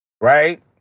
Right